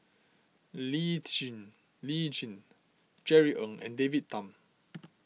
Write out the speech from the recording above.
Lee Lee Tjin Jerry Ng and David Tham